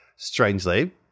strangely